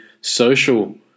social